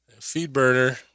FeedBurner